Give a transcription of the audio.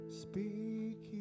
speak